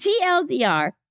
TLDR